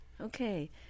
Okay